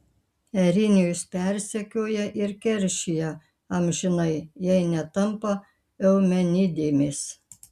erinijos persekioja ir keršija amžinai jei netampa eumenidėmis